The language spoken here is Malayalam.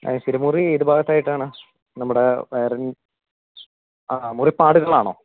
ആഹ് തിരുമുറി ഏതു ഭാഗത്തായിട്ടാണ് നമ്മുടെ വയറിങ് ആ മുറിപ്പാടുകളാണോ